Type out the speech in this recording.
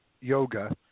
yoga